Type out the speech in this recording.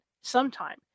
sometime